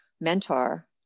mentor